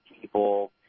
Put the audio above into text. people